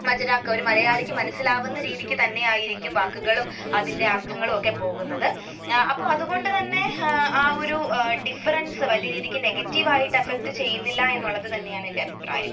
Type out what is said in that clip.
മറ്റൊരാൾക്ക് ഒരു മലയാളിക്ക് മനസ്സിലാവുന്ന രീതിക്ക് തന്നെയായിരിക്കും വാക്കുകളും അതിന്റെ അര്ത്ഥങ്ങളുമൊക്കെ പോകുന്നത് അപ്പം അതുകൊണ്ടുതന്നെ ആ ഒരു ഡിഫ്രന്സ് വല്യ രീതിക്ക് നെഗറ്റീവായിട്ട് അഫക്റ്റ് ചെയ്യുന്നില്ല എന്നുള്ളത് തന്നെയാണ് എന്റെ അഭിപ്രായം